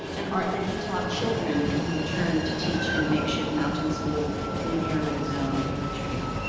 and art that he taught children when he returned to teach in a makeshift mountain school in an air raid zone in eritrea.